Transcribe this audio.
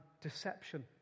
deception